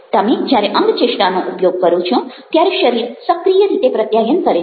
તમે જ્યારે અંગચેષ્ટાનો ઉપયોગ કરો છો ત્યારે શરીર સક્રિય રીતે પ્રત્યાયન કરે છે